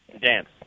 dance